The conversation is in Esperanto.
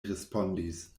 respondis